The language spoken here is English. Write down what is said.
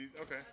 Okay